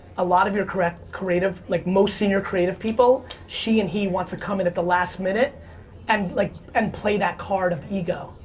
a lot of your creative, like most senior creative people, she and he wants to come in at the last minute and like and play that card of ego.